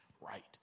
right